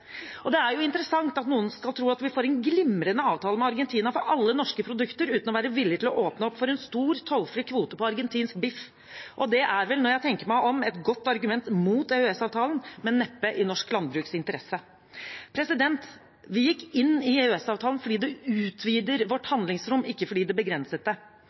Det er interessant at noen skal tro at vi får en glimrende avtale med Argentina for alle norske produkter uten å være villig til å åpne opp for en stor tollfri kvote på argentinsk biff. Det er vel, når jeg tenker meg om, et godt argument mot EØS-avtalen, men neppe i norsk landbruks interesse. Vi gikk inn i EØS-avtalen fordi det utvider vårt handlingsrom – ikke fordi det begrenset det